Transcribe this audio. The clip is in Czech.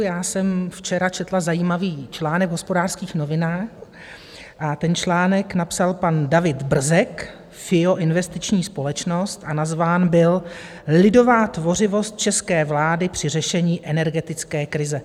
Já jsem včera četla zajímavý článek v Hospodářských novinách a ten článek napsal pan David Brzek, FIO investiční společnost, a nazván byl Lidová tvořivost české vlády při řešení energetické krize.